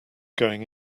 going